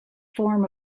form